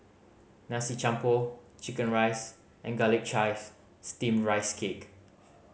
Nasi Campur chicken rice and Garlic Chives Steamed Rice Cake